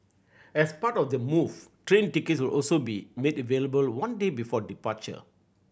as part of the move train tickets will also be made available one day before departure